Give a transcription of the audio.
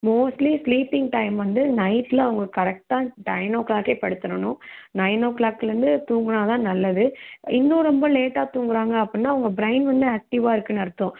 mostly sleeping time வந்து நைட்டில் அவங்க கரெக்டாக நைன் ஓ க்ளாக்கே படுத்திடணும் நைன் ஓ க்ளாக்லருந்து தூங்குனா தான் நல்லது இன்னும் ரொம்ப லேட்டாக தூங்குறாங்க அப்படின்னா அவங்க ப்ரைன் வந்து ஆக்டிவாக இருக்குன்னு அர்த்தம்